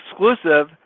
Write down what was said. exclusive